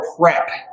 Prep